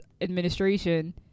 administration